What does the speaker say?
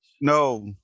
No